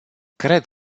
cred